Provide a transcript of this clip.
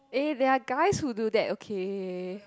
eh there are guys who do that okay